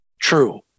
true